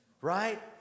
right